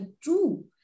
true